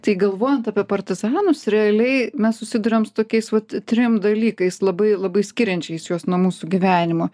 tai galvojant apie partizanus realiai mes susiduriam su tokiais vat trim dalykais labai labai skiriančiais juos nuo mūsų gyvenimo